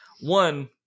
one